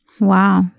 Wow